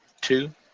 two